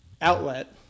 outlet